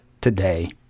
today